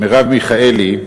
מרב מיכאלי,